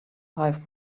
five